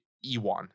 Ewan